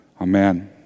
Amen